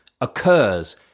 occurs